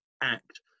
act